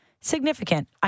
significant